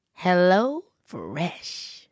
HelloFresh